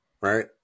right